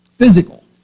physical